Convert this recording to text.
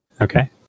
Okay